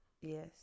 Yes